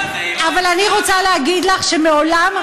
אבל אני רוצה להגיד לך שמעולם,